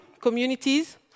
communities